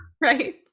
Right